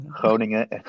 Groningen